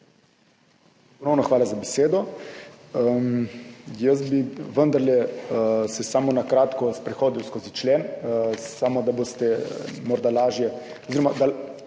hvala za besedo. Jaz bi se vendarle samo na kratko sprehodil skozi člen, samo da boste morda lažje